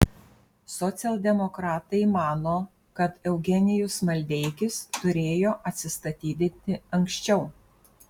socialdemokratai mano kad eugenijus maldeikis turėjo atsistatydinti anksčiau